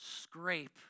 scrape